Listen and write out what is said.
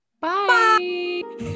Bye